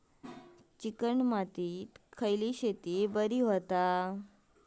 Chicken मातीत खयली शेती बरी होता?